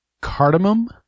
cardamom